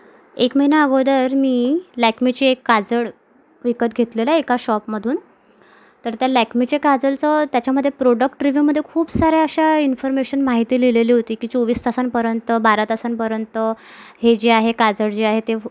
एक महिना अगोदर मी लॅकमेचे काजळ विकत घेतलेलं एका शॉपमधून तर त्या लॅकमेचे काजलचं त्याच्यामध्ये प्रोडक्ट रिव्यूमध्ये खूप साऱ्या अशा इन्फर्मेशन माहिती लिहिलेली होती की चोवीस तासांपर्यंत बारा तासांपर्यंत हे जे आहे काजळ जे आहे ते